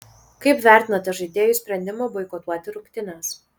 kaip vertinate žaidėjų sprendimą boikotuoti rungtynes